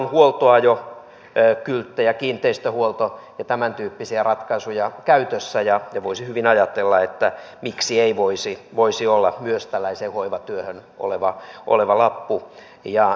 meillä on huoltoajokylttejä kiinteistönhuolto ja tämäntyyppisiä ratkaisuja käytössä ja voisi hyvin ajatella että miksi ei voisi olla myös tällaiseen hoivatyöhön oleva lappu